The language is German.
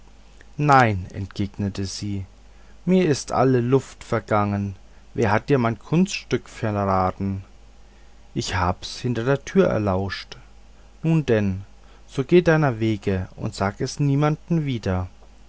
nein entgegnete sie mir ist alle luft vergangen wer hat dir mein kunststückchen verraten ich hab's hinter der tür erlauscht nun denn so geh deiner wege und sag es niemand wieder